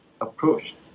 approach